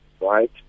right